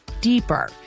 deeper